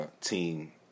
team